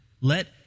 Let